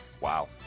wow